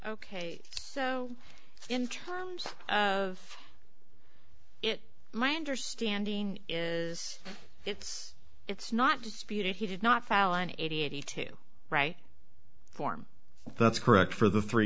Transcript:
ok so in terms of it my understanding is it's it's not disputed he did not file an eighty eighty two right form that's correct for the three